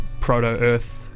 proto-Earth